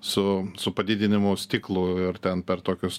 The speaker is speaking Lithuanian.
su su padidinimo stiklu ir ten per tokius